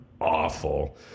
awful